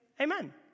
amen